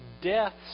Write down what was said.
deaths